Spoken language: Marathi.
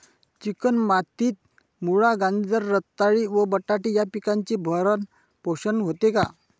चिकण मातीत मुळा, गाजर, रताळी व बटाटे या पिकांचे भरण पोषण होते का?